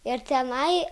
ir tenai